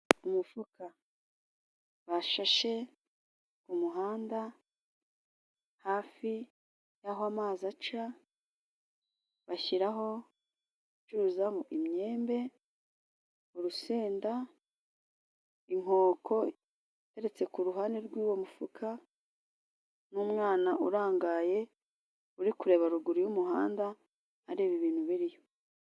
Umufuka bashashe mu muhanda hafi y'aho amazi aca, bashyiraho gucuruzamo imyembe, urusenda, inkoko iteretse ku ruhande rw'uwo mufuka, n'umwana urangaye uri kureba ruguru y'umuhanda areba ibintu biriho.